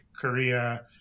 Korea